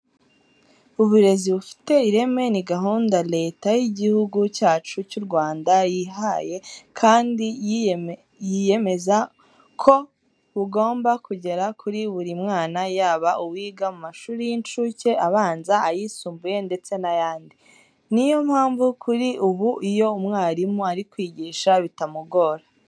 Uburezi bufite ireme ni gahunda Leta y'Igihugu cyacu cy'u Rwanda yihaye kandi yiyemeza ko bugomba kugera kuri buri mwana yaba uwiga mu mashuri y'incuke, abanza, ayisumbuye ndetse n'ayandi. Ni yo mpamvu kuri ubu iyo umwarimu ari kwigisha bitamugora.